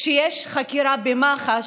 כשיש חקירה במח"ש,